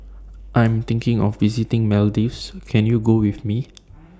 I Am thinking of visiting Maldives Can YOU Go with Me